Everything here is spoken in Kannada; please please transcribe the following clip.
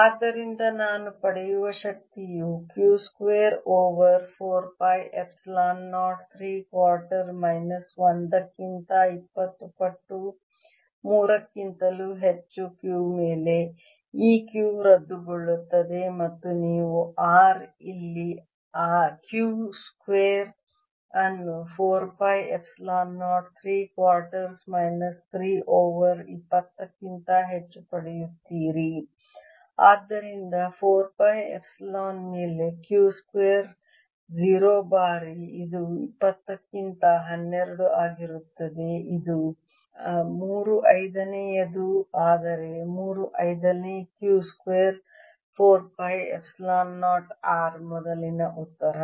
ಆದ್ದರಿಂದ ನಾನು ಪಡೆಯುವ ಶಕ್ತಿಯು Q square over 4 pi epsilon 0 3 quarters minus 1 ಕ್ಕಿಂತ 20 ಪಟ್ಟು 3 ಕ್ಕಿಂತಲೂ ಹೆಚ್ಚು Q ಮೇಲೆ ಈ Q ರದ್ದುಗೊಳ್ಳುತ್ತದೆ ಮತ್ತು ನೀವು R ಇಲ್ಲಿ Q ಸ್ಕ್ವೇರ್ ಅನ್ನು 4 pi epsilon 0 3 quarters minus 3 over 20 ಕ್ಕಿಂತ ಹೆಚ್ಚು ಪಡೆಯುತ್ತೀರಿ ಆದ್ದರಿಂದ 4 ಪೈ ಎಪ್ಸಿಲಾನ್ ಮೇಲೆ Q ಸ್ಕ್ವೇರ್ 0 ಬಾರಿ ಇದು 20 ಕ್ಕಿಂತ 12 ಆಗಿರುತ್ತದೆ ಅದು 3 5 ನೇಯದು ಆದರೆ 3 5 ನೇ Q square 4 pi epsilon 0 R ಮೊದಲಿನ ಉತ್ತರ